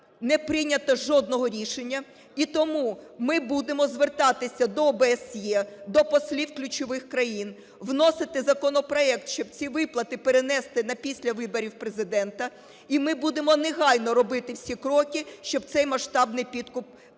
не прийнято жодного рішення. І тому ми будемо звертатися до ОБСЄ, до послів ключових країн вносити законопроект, щоб ці виплати перенести на після виборів Президента. І ми будемо негайно робити всі кроки, щоб цей масштабний підкуп припинити.